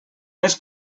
més